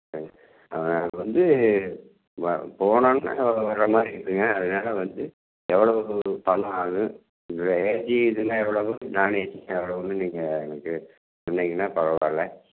சரிங்க அது நாங்க வந்து போ போனோவோன்னே வர்ற மாதிரி இருக்குதுங்க அதனால் வந்து எவ்வளோ பணம் ஆகும் இந்த ஏசி இதெல்லாம் எவ்வளவு நான் ஏசினா எவ்வளவுன்னு நீங்கள் எனக்கு சொன்னீங்கன்னா பரவாயில்லை